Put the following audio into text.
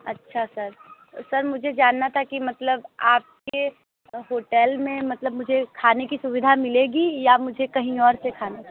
अच्छा sir sir मुझे जानना था कि मतलब आप के होटल में मतलब मुझे खाने की सुविधा मिलेगी या मुझे कहीं और से खाना